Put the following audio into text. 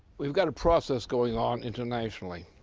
we've got a process going on internationally,